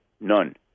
none